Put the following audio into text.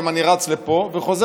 תודה.